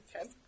Okay